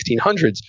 1600s